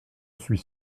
suis